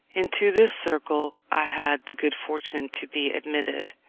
into this circle i had the good fortune to be admitted,